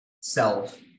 self